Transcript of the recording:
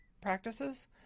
practices